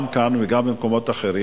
גם כאן וגם במקומות אחרים,